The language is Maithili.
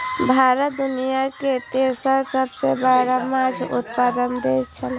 भारत दुनिया के तेसर सबसे बड़ा माछ उत्पादक देश छला